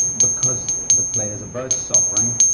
because the play is about suffering.